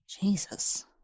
Jesus